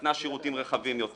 נתנה שירותים רחבים יותר